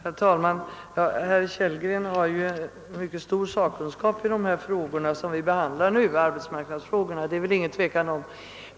Herr talman! Herr Kellgren har ju mycket stor sakkunskap i arbetsmarknadsfrågor — det råder det inget tvivel om.